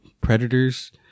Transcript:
predators